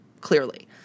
clearly